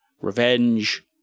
revenge